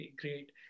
great